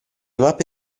mappe